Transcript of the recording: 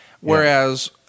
Whereas